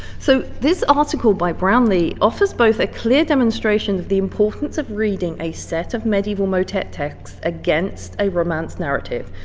so this article by brownlee offers both a clear demonstration of the importance of reading a set of medieval motet texts against a romance narrative,